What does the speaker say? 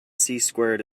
squared